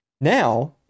Now